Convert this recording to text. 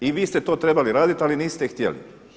I vi ste to trebali raditi, ali niste htjeli.